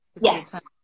yes